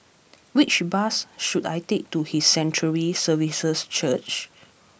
which bus should I take to His Sanctuary Services Church